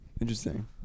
Interesting